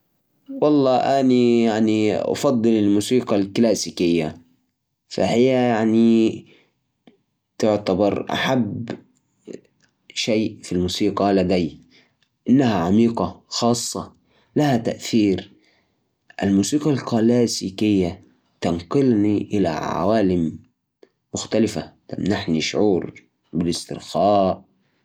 أنا أحب الموسيقى الحجازية لأنها تحمل طابعاً مميزاً وجميل وتعبر عن ثقافتنا وهويتنا الكلمات غالباً تعكس مشاعر وأحاسيس عميقة والألحان تكون حماسية وراقصة الموسيقى الحجازية تحسسني بالفرح وتجمع الناس حولها